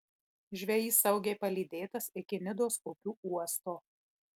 žvejys saugiai palydėtas iki nidos upių uosto